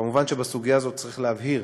מובן שבסוגיה הזאת צריך להבהיר